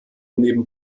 neben